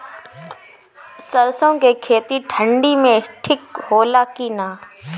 सरसो के खेती ठंडी में ठिक होला कि ना?